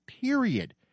Period